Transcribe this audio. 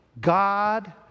God